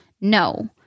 No